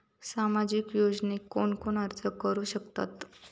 सामाजिक योजनेक कोण कोण अर्ज करू शकतत?